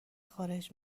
خارج